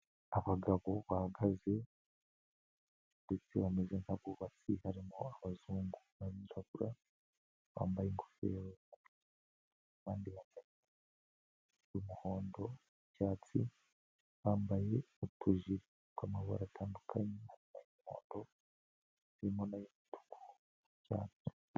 Abagabo bahagaze ndetse bameze nk'abubatsi harimo abazungu bambaye ingofero abandi bamabye umuhondo n'icyatsi, bambaye utujiri tw'amabara atandukanye harimo umuhondo harimo n'ay'umutuku n'icyatsi.